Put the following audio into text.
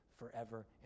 forever